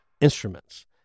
instruments